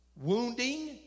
wounding